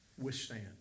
withstand